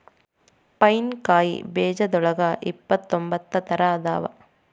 pine ಕಾಯಿ ಬೇಜದೋಳಗ ಇಪ್ಪತ್ರೊಂಬತ್ತ ತರಾ ಅದಾವ